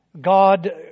God